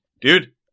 dude